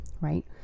right